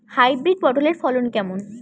Hybrid পটলের ফলন কেমন?